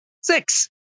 Six